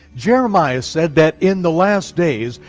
jeremiah said that in the last days,